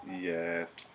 Yes